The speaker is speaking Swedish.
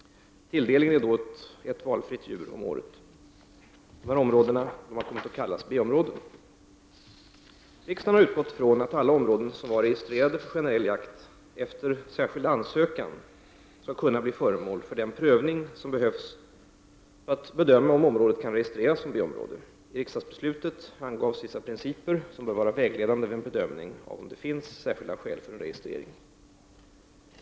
Tilldelningen är då ett valfritt djur om året. Dessa områden har kommit att kallas B-områden. Riksdagen har utgått från att alla områden som var registrerade för generell jakt efter särskild ansökan skall kunna bli föremål för den prövning som behövs för att bedöma om området kan registreras som B-område. I riksdagsbeslutet angavs vissa principer som bör vara vägledande vid en bedömning av om det finns särskilda skäl för en registrering.